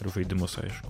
žaidimus aišku